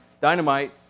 Dynamite